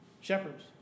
Shepherds